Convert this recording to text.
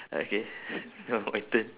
okay now my turn